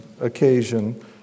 occasion